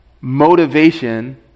motivation